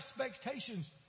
expectations